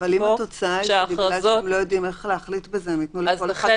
אבל אם התוצאה היא שבגלל שלא יודעים איך להחליט בזה יתנו לכל אחד